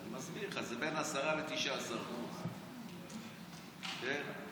אז אני מסביר לך, זה בין 10% ל-19%, כן?